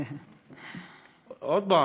שוב,